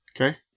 Okay